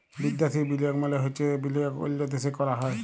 বিদ্যাসি বিলিয়গ মালে চ্ছে যে বিলিয়গ অল্য দ্যাশে ক্যরা হ্যয়